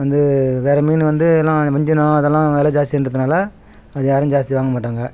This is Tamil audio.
வந்து வேறு மீன் வந்து எல்லாம் வஞ்சிரம் அதெல்லாம் விலை ஜாஸ்திங்றதுனால அது யாரும் ஜாஸ்தி வாங்க மாட்டாங்க